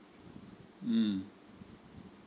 mm